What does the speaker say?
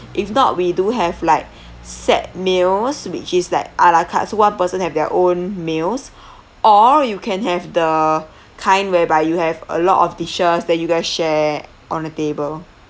if not we do have like set meals which is like a la cartes one person have their own meals or you can have the kind whereby you have a lot of dishes that you guys share on a table